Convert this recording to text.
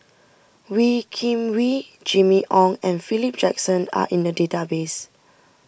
Wee Kim Wee Jimmy Ong and Philip Jackson are in the database